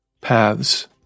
paths